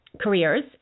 careers